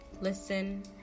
listen